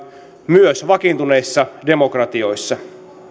myös vakiintuneissa demokratioissa